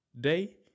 day